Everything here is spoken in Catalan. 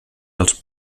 als